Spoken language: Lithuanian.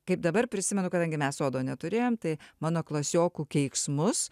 kaip dabar prisimenu kadangi mes sodo neturėjom tai mano klasiokų keiksmus